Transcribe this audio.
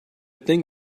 thing